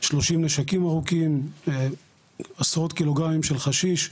30 נשקים ארוכים, עשרות קילוגרמים של חשיש.